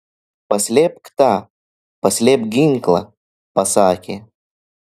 paslėpk tą paslėpk ginklą pasakė